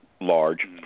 large